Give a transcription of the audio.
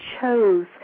chose